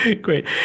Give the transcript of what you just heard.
Great